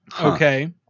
Okay